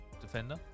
defender